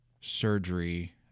surgery